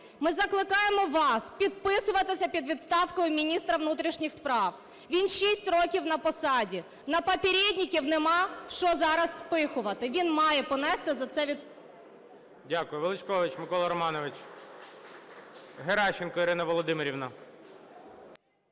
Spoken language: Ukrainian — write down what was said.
Ми закликаємо вас підписуватися під відставкою міністра внутрішніх справ, він 6 років на посаді, на попередників немає що зараз спихувати, він має понести за це… ГОЛОВУЮЧИЙ. Дякую. Величкович Микола Романович. Геращенко Ірина Володимирівна.